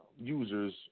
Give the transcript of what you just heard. Users